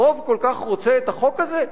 הרוב כל כך רוצה את החוק הזה?